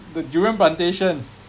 the durian plantation